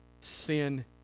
sin